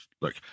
look